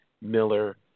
Miller –